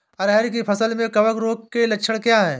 अरहर की फसल में कवक रोग के लक्षण क्या है?